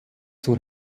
zur